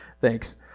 thanks